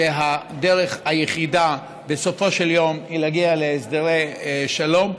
שהדרך היחידה בסופו של יום היא להגיע להסדרי שלום.